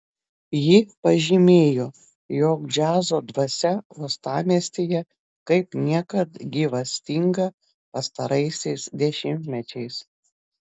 ji pažymėjo jog džiazo dvasia uostamiestyje kaip niekad gyvastinga pastaraisiais dešimtmečiais